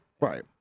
Right